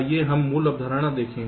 आइए हम मूल अवधारणा देखें